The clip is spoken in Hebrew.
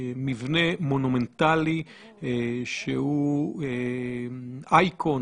ובמבנה מונומנטלי שהוא אייקון,